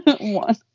one